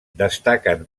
destaquen